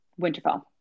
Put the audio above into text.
Winterfell